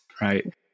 right